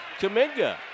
Kaminga